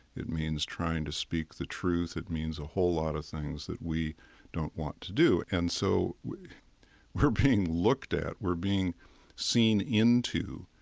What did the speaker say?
it means trying to speak the truth. it means a whole lot of things that we don't want to do. and so we're being looked at, we're being seen into,